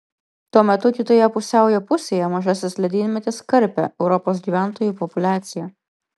tuo metu kitoje pusiaujo pusėje mažasis ledynmetis karpė europos gyventojų populiaciją